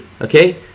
okay